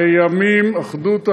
לימים אחדות העבודה,